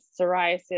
psoriasis